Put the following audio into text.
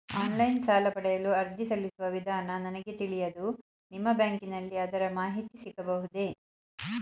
Online ಸಾಲ ಪಡೆಯಲು ಅರ್ಜಿ ಸಲ್ಲಿಸುವ ವಿಧಾನ ನನಗೆ ತಿಳಿಯದು ನಿಮ್ಮ ಬ್ಯಾಂಕಿನಲ್ಲಿ ಅದರ ಮಾಹಿತಿ ಸಿಗಬಹುದೇ?